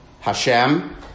Hashem